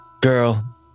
Girl